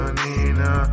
nina